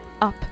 up